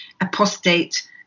apostate